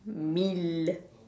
mill